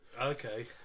Okay